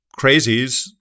crazies